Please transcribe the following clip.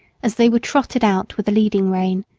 as they were trotted out with a leading rein,